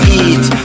eat